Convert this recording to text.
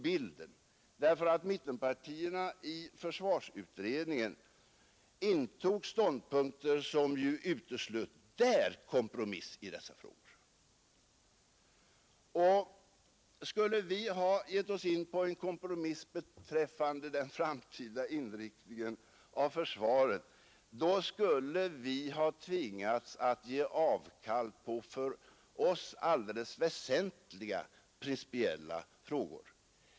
Mittenpartierna intog ju i försvarsutredningen ståndpunkter som där uteslöt en kompromiss i dessa frågor. Skulle vi vidare ha givit oss in på en kompromiss beträffande den framtida inriktningen av försvaret, skulle vi ha tvingats att ge avkall på för oss väsentliga principiella krav.